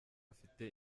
afite